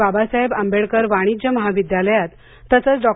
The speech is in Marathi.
बाबासाहेब आंबेडकर वाणिज्य महाविद्यालयात तसंच डॉ